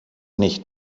nicht